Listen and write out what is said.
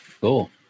Cool